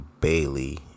Bailey